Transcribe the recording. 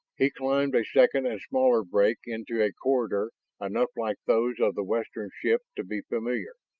he climbed a second and smaller break into a corridor enough like those of the western ship to be familiar.